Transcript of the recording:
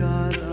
God